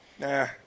Nah